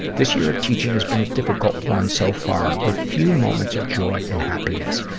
this year of teaching has been a difficult one so far, with few moments of joy and happiness.